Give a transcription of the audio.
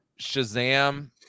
shazam